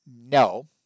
no